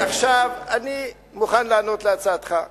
אני מוכן להיענות להצעתך.